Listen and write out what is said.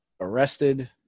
arrested